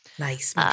Nice